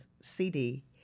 CD